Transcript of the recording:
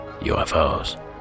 UFOs